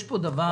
יש דבר